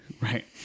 right